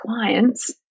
clients